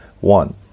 One